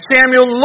Samuel